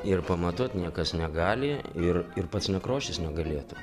ir pamatuot niekas negali ir ir pats nekrošius negalėtų